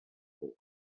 board